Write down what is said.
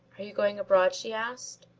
are you going abroad? she asked.